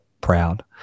proud